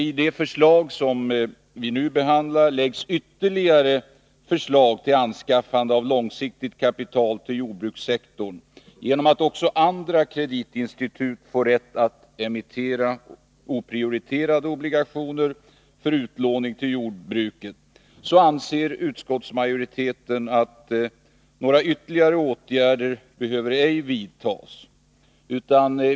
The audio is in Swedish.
I det förslag vi nu behandlar läggs ytterligare förslag till anskaffande av långfristigt kapital till jordbrukssektorn genom att också andra kreditinstitut får rätt att emittera oprioriterade obligationer för utlåning till jordbruket. Utskottsmajoriteten anser att några ytterligare åtgärder ej behöver vidtas.